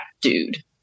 dude